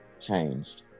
changed